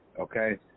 Okay